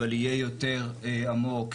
אבל יהיה יותר עמוק,